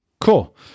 Cool